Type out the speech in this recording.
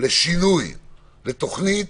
לשינוי ולתוכנית.